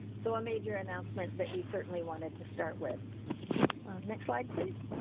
so, a major announcement that we certainly wanted to start with next slide please.